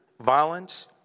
violence